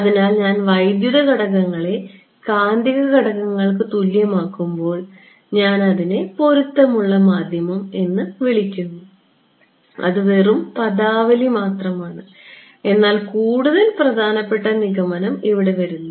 അതിനാൽ ഞാൻ വൈദ്യുത ഘടകങ്ങളെ കാന്തിക ഘടകങ്ങൾക്ക് തുല്യമാക്കുമ്പോൾ ഞാൻ അതിനെ പൊരുത്തമുള്ള മാധ്യമം എന്ന് വിളിക്കുന്നു അത് വെറും പദാവലി മാത്രമാണ് എന്നാൽ കൂടുതൽ പ്രധാനപ്പെട്ട നിഗമനം ഇവിടെ വരുന്നു